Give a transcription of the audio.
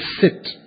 sit